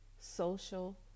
social